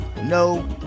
no